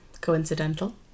Coincidental